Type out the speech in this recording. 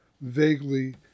vaguely